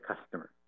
customer